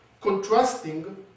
contrasting